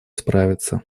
справиться